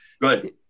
Good